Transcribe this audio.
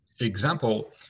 example